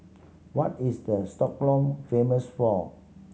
what is the Stockholm famous for